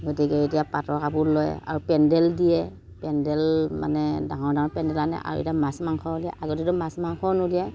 গতিকে এতিয়া পাটৰ কাপোৰ লয় আৰু পেণ্ডেল দিয়ে পেণ্ডেল মানে ডাঙৰ ডাঙৰ পেণ্ডেল আনে আৰু এতিয়া মাছ মাংস হ'লে আগতেতো মাছ মাংস নোলিয়ায়